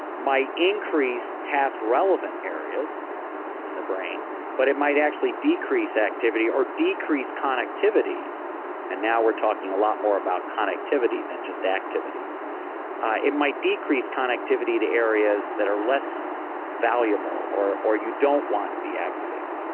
might increase task relevant areas in the brain but it might actually decrease activity or decrease connectivity and now we're talking a lot more about connectivity than just activity it might decrease connectivity to areas that are less valuable or or you don't want to be activated.